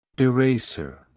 Eraser